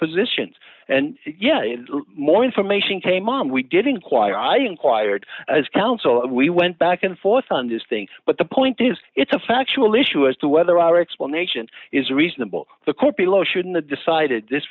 positions and yet more information came on we did inquire i inquired as counsel and we went back and forth on this thing but the point is it's a factual issue as to whether our explanation is reasonable the court below shouldn't a decided this